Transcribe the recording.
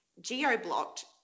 geo-blocked